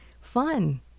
fun